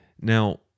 Now